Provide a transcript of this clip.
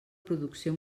producció